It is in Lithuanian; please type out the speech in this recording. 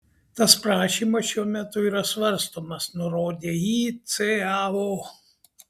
tas prašymas šiuo metu yra svarstomas nurodė icao